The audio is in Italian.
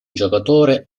giocatore